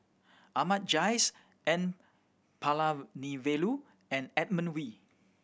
Ahmad Jais N Palanivelu and Edmund Wee